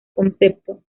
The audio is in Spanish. concepto